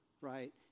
right